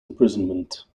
imprisonment